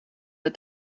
the